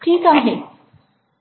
ठीक आहे